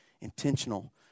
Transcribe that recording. intentional